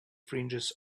fringes